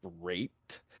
great